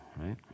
right